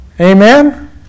Amen